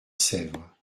sèvre